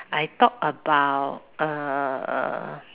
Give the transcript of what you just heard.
I talk about uh